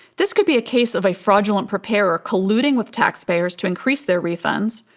this could be a case of a fraudulent preparer colluding with taxpayers to increase their refunds,